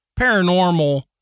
paranormal